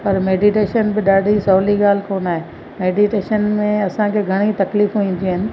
पर मेडीटेशन बि ॾाढी सहूली ॻाल्हि कोन आहे मेडीटेशन में असांखे घणेई तकलीफ़ूं ईंदियूं आहिनि